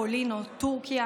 פולין או טורקיה,